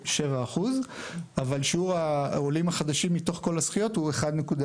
נדבר קודם כל אם יש יעד או אין יעד.